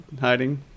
hiding